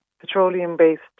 petroleum-based